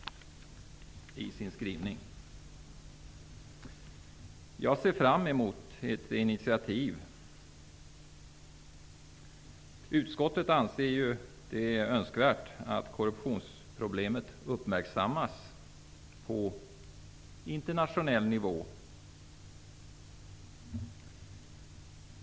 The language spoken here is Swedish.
Nu återstår det att se om regeringen vill det, eftersom utskottet har varit så positivt i sin skrivning. Jag ser fram emot ett initiativ.